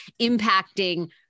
impacting